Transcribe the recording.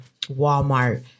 Walmart